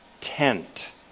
tent